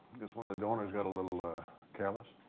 guess one of the donors got a little, ah, careless.